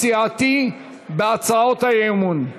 הסיעתי בהצעות האי-אמון.